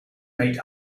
made